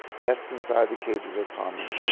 deaths inside the cages are common,